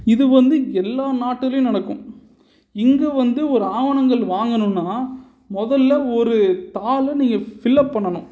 இது வந்து எல்லா நாட்டிலும் நடக்கும் இங்கு வந்து ஒரு ஆவணங்கள் வாங்கணும்னால் முதல்ல ஒரு தாள் நீங்கள் ஃபில்லப் பண்ணணும்